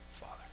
Father